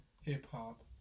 Hip-hop